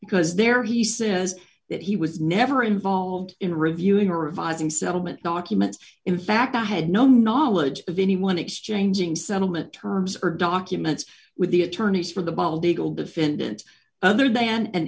because there he says that he was never involved in reviewing or revising settlement documents in fact i had no knowledge of anyone exchanging settlement terms or documents with the attorneys for the bald eagle defendant other than an